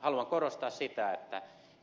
haluan korostaa sitä